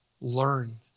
learn